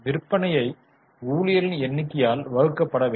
விற்பனையை ஊழியர்களின் எண்ணிக்கையால் வகுக்கப்பட வேண்டும்